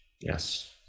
Yes